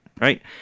right